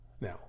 Now